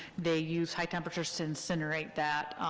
they use high temperatures to incinerate that,